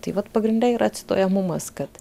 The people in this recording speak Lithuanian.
tai vat pagrinde yra cituojamumas kad